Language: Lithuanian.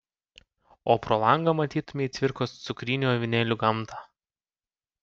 o pro langą matytumei cvirkos cukrinių avinėlių gamtą